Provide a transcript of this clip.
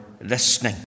listening